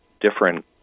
different